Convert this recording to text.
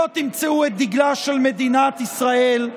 לא תמצאו את דגלה של מדינת ישראל,